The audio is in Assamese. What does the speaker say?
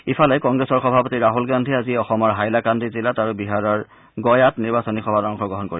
ইফালে কংগ্ৰেছৰ সভাপতি ৰাহুল গান্ধী আজি অসমৰ হাইলাকান্দি জিলাত আৰু বিহাৰৰ গয়াত নিৰ্বাচনী সভাত অংশগ্ৰহণ কৰিব